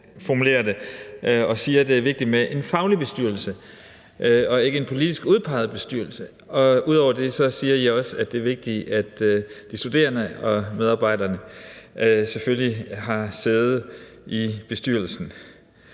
det er vigtigt med en faglig bestyrelse og ikke en politisk udpeget bestyrelse. Og ud over det siger I også, at det er vigtigt, at de studerende og medarbejderne selvfølgelig har sæde i bestyrelsen.